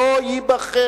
הוא לא ייבחר.